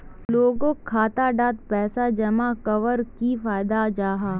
लोगोक खाता डात पैसा जमा कवर की फायदा जाहा?